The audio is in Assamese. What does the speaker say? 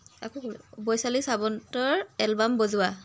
বৈশালী শ্বাৱন্তৰ এলবাম বজোৱা